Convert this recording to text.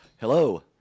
Hello